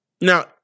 Now